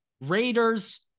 Raiders